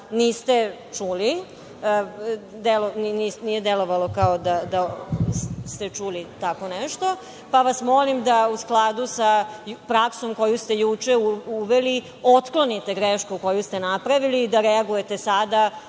niste čuli. Nije delovali kao da ste čuli tako nešto, pa vas molim da u skladu sa praksom koju ste juče uveli otklonite grešku koju ste napravili i da reagujete sada.